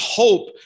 hope